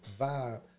vibe